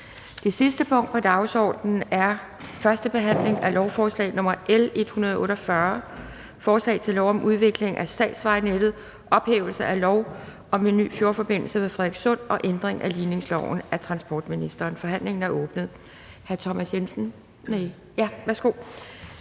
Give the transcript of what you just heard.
Det sidste punkt på dagsordenen er: 14) 1. behandling af lovforslag nr. L 148: Forslag til lov om udvikling af statsvejnettet, ophævelse af lov om en ny fjordforbindelse ved Frederikssund og ændring af ligningsloven. Af transportministeren (Trine Bramsen). (Fremsættelse 16.03.2022).